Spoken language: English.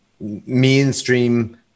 mainstream